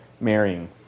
marrying